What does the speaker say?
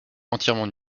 entièrement